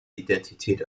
identität